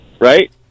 Right